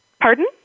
Pardon